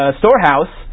storehouse